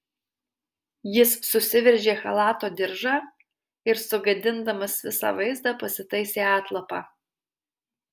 jis susiveržė chalato diržą ir sugadindamas visą vaizdą pasitaisė atlapą